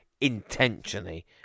intentionally